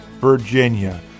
Virginia